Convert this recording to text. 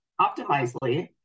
Optimizely